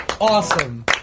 Awesome